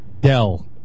Dell